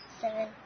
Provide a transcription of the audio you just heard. Seven